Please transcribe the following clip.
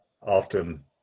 often